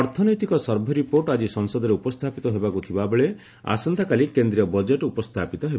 ଅର୍ଥନୈତିକ survey report ଆକି ସଂସଦରେ ଉପସ୍ଥାପିତ ହେବାକୁ ଥିବାବେଳେ ଆସନ୍ତାକାଲି ବଜେଟ୍ ଉପସ୍ଥାପିତ ହେବ